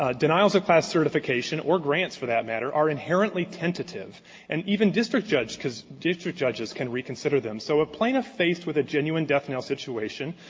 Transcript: ah denials of class certification or grants, for that matter, are inherently tentative and even district judge district judges can reconsider them. so a plaintiff faced with a genuine death-knell situation,